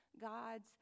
God's